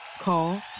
Call